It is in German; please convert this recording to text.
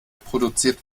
produziert